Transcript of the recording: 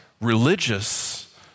religious